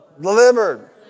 delivered